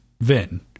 Vin